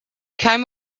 came